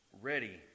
ready